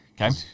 Okay